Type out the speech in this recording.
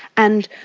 and